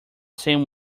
same